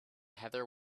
heather